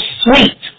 sweet